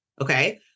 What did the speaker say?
Okay